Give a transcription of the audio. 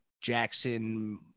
Jackson